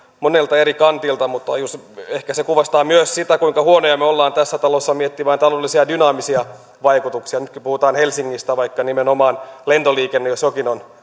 monelta eri kantilta ehkä se kuvastaa myös sitä kuinka huonoja me olemme tässä talossa miettimään taloudellisia dynaamisia vaikutuksia nytkin puhutaan helsingistä vaikka nimenomaan lentoliikenne jos jokin on